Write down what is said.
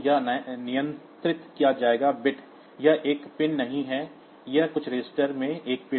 तो यह नियंत्रित किया जाएगा बिट यह एक पिन नहीं है यह कुछ रजिस्टर में एक बिट है